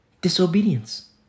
Disobedience